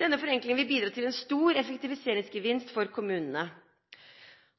Denne forenklingen vil bidra til en stor effektiviseringsgevinst for kommunene.